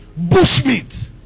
bushmeat